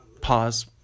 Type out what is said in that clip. Pause